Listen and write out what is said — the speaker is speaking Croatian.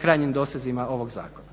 krajnjim dosezima ovog zakona.